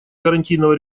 гарантийного